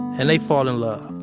and they fall in love.